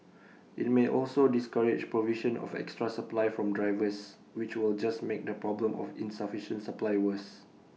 IT may also discourage provision of extra supply from drivers which will just make the problem of insufficient supply worse